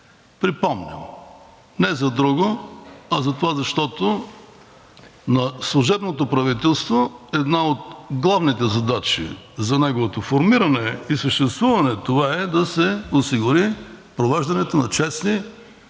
Припомням – не за друго, а затова, защото на служебното правителство една от главните задачи за неговото формиране и съществуване, това е да се осигури провеждането на честни, прозрачни